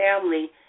family